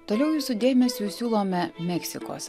toliau jūsų dėmesiui siūlome meksikos